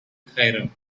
cairum